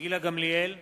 גילה גמליאל,